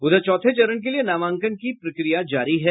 उधर चौथे चरण के लिए नामांकन की प्रक्रिया जारी है